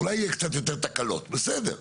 אולי יהיו קצת יותר תקלות, בסדר.